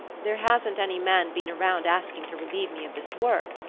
there hasn't any man been around asking to relieve me of this work,